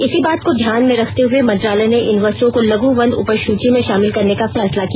इसी बात को ध्यान में रखते हुए मंत्रालय ने इन वस्तुओं को लघ् वन उपज सुची में शामिल करने का फैसला किया